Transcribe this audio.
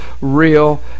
real